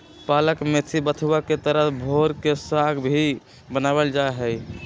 पालक मेथी बथुआ के तरह भोर के साग भी बनावल जाहई